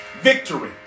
Victory